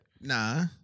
Nah